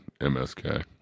msk